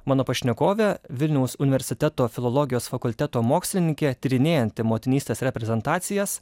mano pašnekovė vilniaus universiteto filologijos fakulteto mokslininkė tyrinėjanti motinystės reprezentacijas